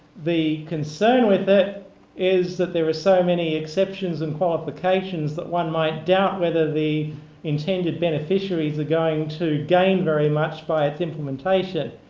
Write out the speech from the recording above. the concern with it is that there were so many exceptions and qualifications that one might doubt whether the intended beneficiaries going to gain very much by its implementation.